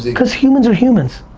yeah cause humans are humans,